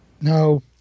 No